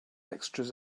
extras